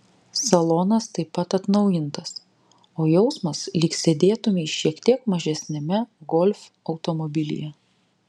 salonas taip pat atnaujintas o jausmas lyg sėdėtumei šiek tiek mažesniame golf automobilyje